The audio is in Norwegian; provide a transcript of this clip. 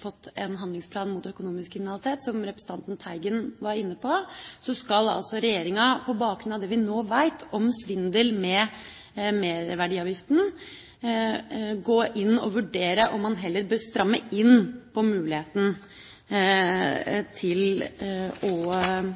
fått en handlingsplan mot økonomisk kriminalitet, som representanten Teigen var inne på, skal altså regjeringa på bakgrunn av det vi nå vet om svindel med merverdiavgiften, gå inn og vurdere om man heller bør stramme inn på muligheten til